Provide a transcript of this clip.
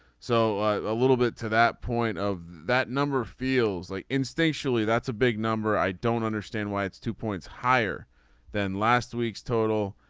so a little bit to that point of that number feels like instinctually that's a big number. i don't understand why it's two points higher than last week's total